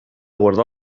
guardar